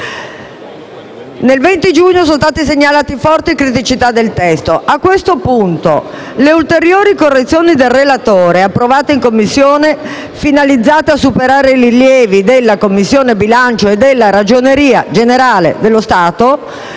del 20 giugno sono state segnalate forti criticità nel testo: *a)* le ulteriori correzioni del Relatore, approvate in Commissione, finalizzate a superare i rilievi della Commissione Bilancio e della Ragioneria generale dello Stato,